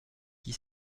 qui